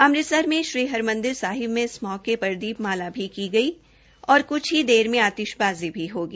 अमृतसर में श्री हरमंदिर साहिब में इस मौके पर दीपमाला भी की गई और कुछ ही देर में आतिशबाज़ी भी होगी